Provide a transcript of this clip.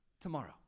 tomorrow